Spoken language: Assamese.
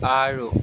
আৰু